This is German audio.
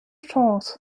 chance